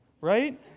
right